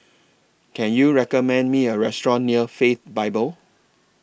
Can YOU recommend Me A Restaurant near Faith Bible